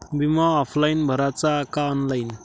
बिमा ऑफलाईन भराचा का ऑनलाईन?